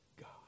God